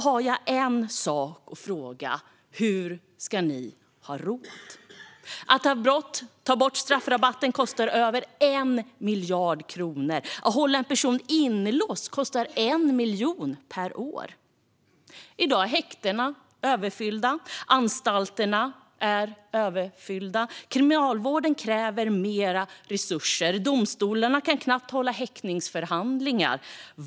Därför frågar jag: Hur ska ni ha råd? Att ta bort straffrabatten kostar över 1 miljard kronor. Att hålla en person inlåst kostar 1 miljon per år. I dag är häkten och anstalter överfulla, och Kriminalvården kräver mer resurser. Domstolarna kan knappt hålla häktningsförhandlingar.